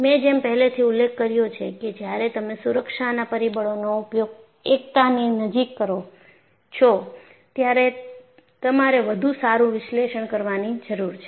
મેં જેમ પહેલેથી ઉલ્લેખ કર્યો છે કે જ્યારે તમે સુરક્ષાના પરિબળનો ઉપયોગ એકતાની નજીક કરો છો ત્યારે તમારે વધુ સારું વિશ્લેષણ કરવાની જરૂર છે